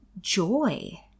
joy